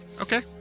Okay